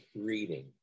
reading